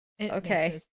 Okay